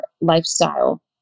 lifestyle